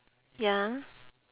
ya